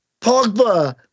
Pogba